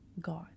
god